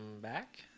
back